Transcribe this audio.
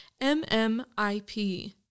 mmip